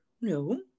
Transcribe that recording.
No